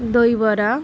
দই বড়া